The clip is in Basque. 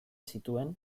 zituen